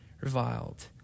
reviled